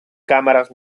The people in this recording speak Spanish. cámaras